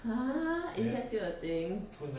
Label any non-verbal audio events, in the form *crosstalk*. !huh! is that still a thing *noise*